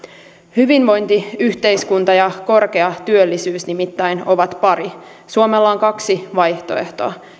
hyvinvointiyhteiskunta ja korkea työllisyys nimittäin ovat pari suomella on kaksi vaihtoehtoa